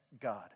God